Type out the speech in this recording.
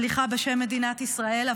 סליחה בשם מדינת ישראל,